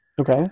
Okay